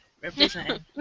Represent